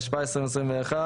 התשפ"א 2021 (פ/2155/24),